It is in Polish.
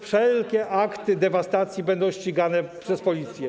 Wszelkie akty dewastacji będą ścigane przez Policję.